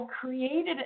created